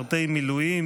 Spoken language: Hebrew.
צרפתי הרכבי וגלעד קריב,